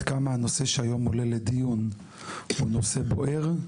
כמה הנושא שהיום עולה לדיון הוא נושא בוער.